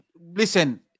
listen